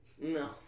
No